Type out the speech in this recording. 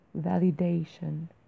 validation